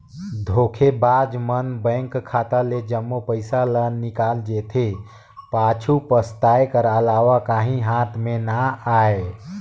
धोखेबाज मन बेंक खाता ले जम्मो पइसा ल निकाल जेथे, पाछू पसताए कर अलावा काहीं हाथ में ना आए